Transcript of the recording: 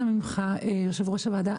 אנא ממך יו"ר הוועדה,